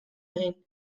egin